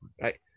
right